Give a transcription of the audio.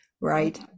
right